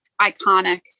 iconic